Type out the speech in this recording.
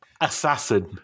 Assassin